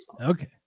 Okay